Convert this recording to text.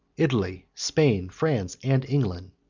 italy, spain, france, and england.